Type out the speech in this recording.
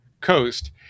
coast